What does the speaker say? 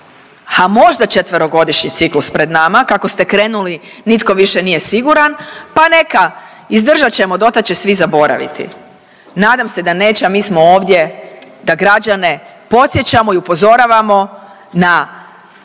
ha možda 4-godišnji ciklus pred nama, kako ste krenuli nitko više nije siguran, pa neka izdržat ćemo, dotad će svi zaboraviti. Nadam se da neće, a mi smo ovdje da građane podsjećamo i upozoravamo na